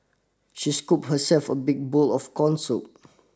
she scooped herself a big bowl of corn soup